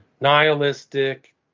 nihilistic